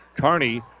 Carney